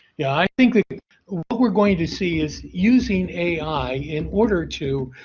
yeah, i think like but we're going to see is using ai in order to